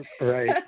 right